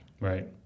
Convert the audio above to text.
Right